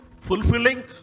fulfilling